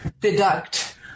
deduct